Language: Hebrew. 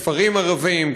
כפרים ערביים,